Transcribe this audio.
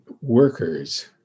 workers